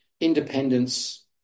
independence